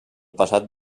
passat